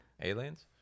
aliens